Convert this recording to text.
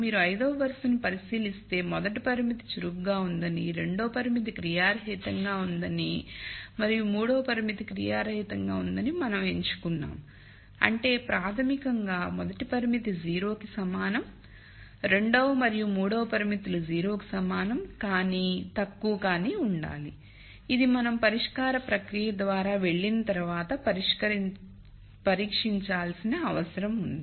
మీరు 5 వ వరుసను పరిశీలిస్తే మొదటి పరిమితి చురుకుగా ఉందని రెండవ పరిమితి క్రియారహితంగా ఉందని మరియు మూడవ పరిమితి క్రియారహితంగా ఉందని మనం ఎంచుకున్నాము అంటే ప్రాథమికంగా మొదటి పరిమితి 0 కి సమానం రెండవ మరియు మూడవ పరిమితిలు 0 కి సమానంగా కానీ తక్కువ కాని ఉండాలి ఇది మనం పరిష్కార ప్రక్రియ ద్వారా వెళ్ళిన తర్వాత పరీక్షించాల్సిన అవసరం ఉంది